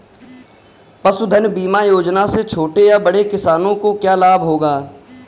पशुधन बीमा योजना से छोटे या बड़े किसानों को क्या लाभ होगा?